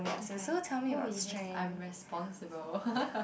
it's like oh yes I'm responsible